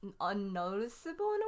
unnoticeable